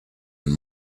and